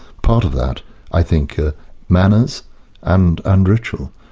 part of that i think are manners and and ritual.